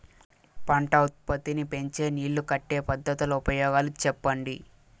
పంట ఉత్పత్తి నీ పెంచే నీళ్లు కట్టే పద్ధతుల ఉపయోగాలు చెప్పండి?